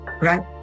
right